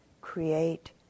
create